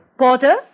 Porter